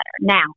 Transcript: Now